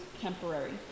temporary